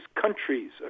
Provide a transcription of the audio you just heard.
countries